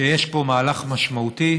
שיש פה מהלך משמעותי